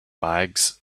bags